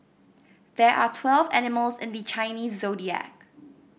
there are twelve animals in the Chinese Zodiac